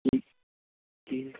ਕੀ ਕੀ